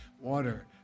water